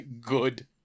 Good